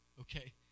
Okay